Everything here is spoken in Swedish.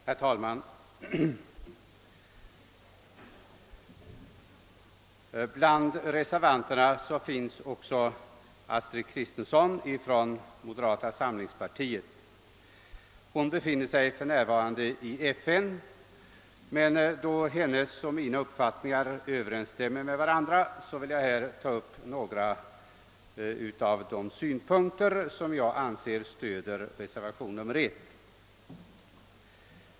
Herr talman! Bland reservanterna finns också fru Astrid Kristensson från moderata samlingspartiet. Hon befinner sig för närvarande i FN, men då hennes och mina uppfattningar överensstämmer vill jag anföra några av de synpunkter som jag anser stöder reservationen 1.